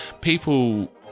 People